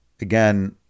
Again